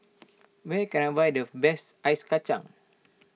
where can I find the best Ice Kacang